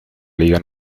liga